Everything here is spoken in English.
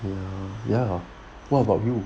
ya ya what about you